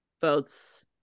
votes